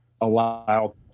allow